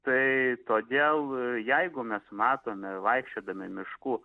tai todėl jeigu mes matome vaikščiodami mišku